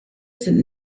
sind